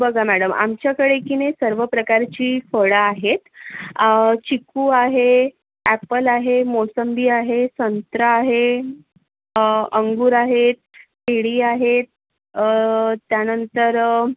बघा मॅडम आमच्याकडे की नाही सर्व प्रकारची फळं आहेत चिक्कू आहे ॲप्पल आहे मोसंबी आहे संत्रा आहे अंगूर आहेत केळी आहेत त्यानंतर